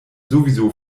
sowieso